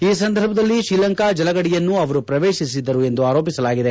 ಈ ಸಂದರ್ಭದಲ್ಲಿ ತ್ರೀಲಂಕಾ ಜಲಗಡಿಯನ್ನು ಅವರು ಪ್ರವೇಶಿಸಿದ್ದರು ಎಂದು ಆರೋಪಿಸಲಾಗಿದೆ